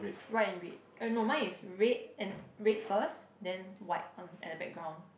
white and red oh no mine is red and red first then white on at the background